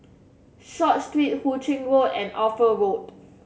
Short Street Hu Ching Road and Ophir Road